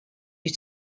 you